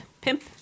Pimp